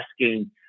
asking